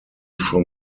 from